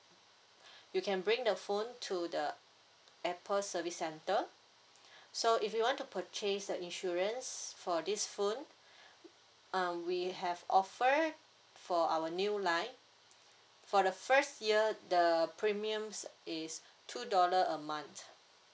you can bring the phone to the apple service centre so if you want to purchase the insurance for this phone um we have offer for our new line for the first year the premiums is two dollar a month